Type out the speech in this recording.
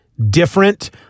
different